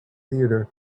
theater